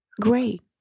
great